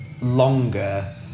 longer